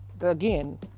again